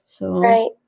Right